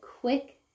quick